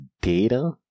data